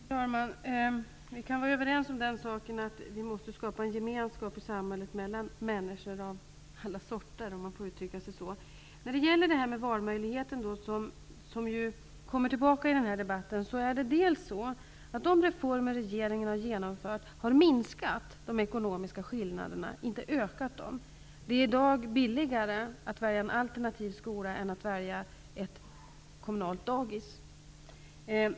Fru talman! Vi kan vara överens om att vi måste skapa en gemenskap i samhället mellan människor av alla sorter -- om man får uttrycka sig så. Frågan om valmöjligheten kommer tillbaka i debatten. De reformer som regeringen har genomfört har minskat de ekonomiska skillnaderna, inte ökat dem. Det är i dag billigare att välja en alternativ skola än att välja ett kommunalt dagis.